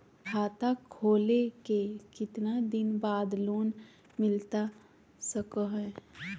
खाता खोले के कितना दिन बाद लोन मिलता सको है?